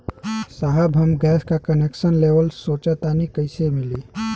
साहब हम गैस का कनेक्सन लेवल सोंचतानी कइसे मिली?